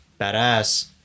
badass